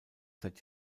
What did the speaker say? seit